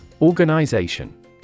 Organization